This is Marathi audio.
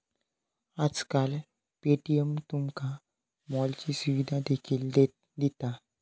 आजकाल पे.टी.एम तुमका मॉलची सुविधा देखील दिता